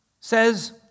says